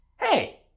Hey